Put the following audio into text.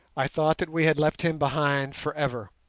i thought that we had left him behind for ever,